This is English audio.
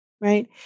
right